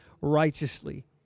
righteously